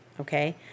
Okay